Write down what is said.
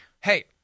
hey